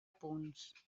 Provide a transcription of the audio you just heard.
punts